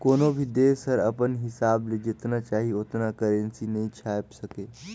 कोनो भी देस हर अपन हिसाब ले जेतना चाही ओतना करेंसी नी छाएप सके